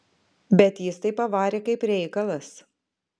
bet jis tai pavarė kaip reikalas